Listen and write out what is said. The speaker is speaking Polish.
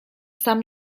sam